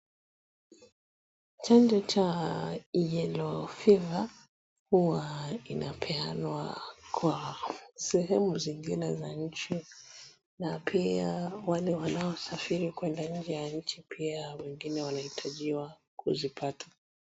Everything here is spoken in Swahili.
Chanjo cha yellow fever huwa inapeanwa kwa sehemu zingine za nchi na pia wale wanaosafiri kwenda nje ya nchi pia wengine wanaitajiwa kuzipata.